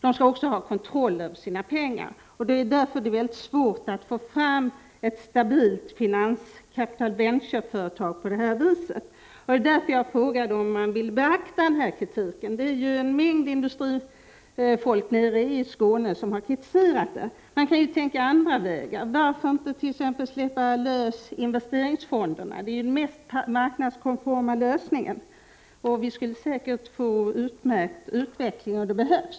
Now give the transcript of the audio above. De skall också ha kontroll över sina pengar. Det är därför väldigt svårt att få fram ett stabilt capital ventureföretag på det här viset. Det var därför jag frågade om industriministern ville beakta den här kritiken. En mängd industrifolk nere i Skåne har kritiserat villkoren. Man kan tänka sig andra vägar. Varför inte släppa loss investeringsfonderna t.ex.? Det är ju den mest marknadskonforma lösningen. Vi skulle säkert få en utmärkt utveckling, om det behövs.